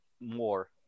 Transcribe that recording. more